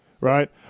right